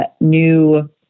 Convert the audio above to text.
new